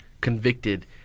convicted